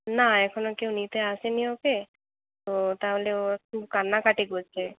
না এখনও কেউ নিতে আসেনি ওকে তো তাহলে ও খুব কান্নাকাটি করছে